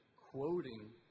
quoting